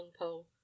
longpole